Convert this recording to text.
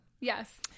Yes